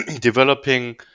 developing